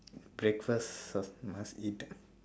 breakfast must must eat ah